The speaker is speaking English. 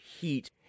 heat